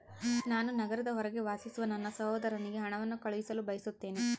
ನಾನು ನಗರದ ಹೊರಗೆ ವಾಸಿಸುವ ನನ್ನ ಸಹೋದರನಿಗೆ ಹಣವನ್ನು ಕಳುಹಿಸಲು ಬಯಸುತ್ತೇನೆ